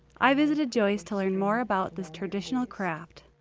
i visited joyce to learn more about this traditional craft.